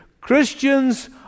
Christians